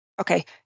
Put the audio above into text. okay